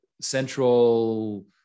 central